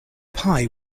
pie